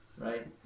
right